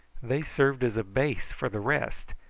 they served as a base for the rest,